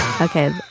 Okay